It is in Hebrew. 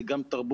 זה גם תרבות,